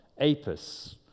apis